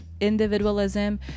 individualism